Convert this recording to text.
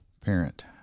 parent